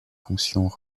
fonctions